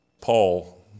Paul